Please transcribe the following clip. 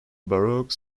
baroque